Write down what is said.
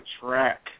track